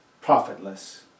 profitless